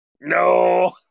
No